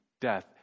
death